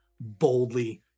boldly